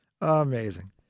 Amazing